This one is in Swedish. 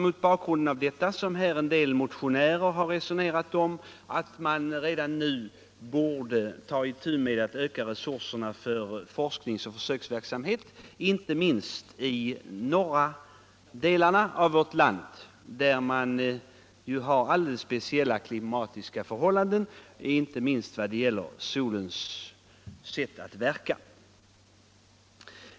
Mot bakgrund av detta har en del motionärer resonerat om att vi borde öka resurserna för forskningsoch försöksverksamhet, inte minst i norra delarna av vårt land, där det ju råder alldeles speciella klimatiska förhållanden, bl.a. med avseende på solens sätt att verka.